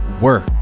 work